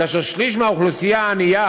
כאשר שליש מהאוכלוסייה עני,